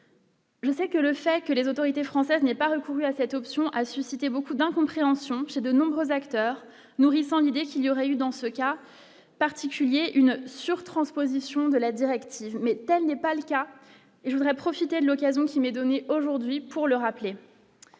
Je sais que le fait que les autorités françaises n'est pas recouru à cette option a suscité beaucoup d'incompréhension chez de nombreux acteurs, nourrissant l'idée qu'il y aurait eu dans ce cas particulier, une sur transposition de la directive, mais telle n'est pas le cas, je voudrais profiter de l'occasion qui m'est donnée aujourd'hui pour le rappeler,